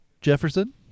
Jefferson